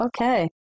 Okay